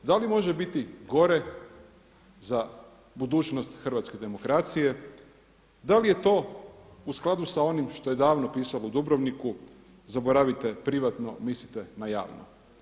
Da li može biti gore za budućnost hrvatske demokracije, da li je to u skladu sa onim što je davno pisalo u Dubrovniku zaboravite privatno, mislite na javno.